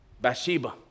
Bathsheba